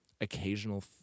occasional